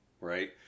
right